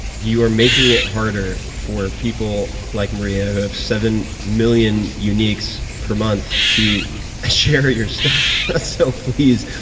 you are making it harder for people like maria who have seven million units per month to share your stuff. ah so, please,